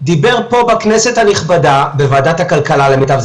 פה החיסכון בקרקע הוא רק החיסכון מהקרקע שנמצאת מעל המטרו,